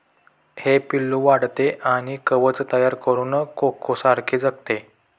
हे पिल्लू वाढते आणि कवच तयार करून कोकोसारखे जगते